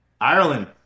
Ireland